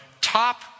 top